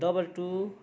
double two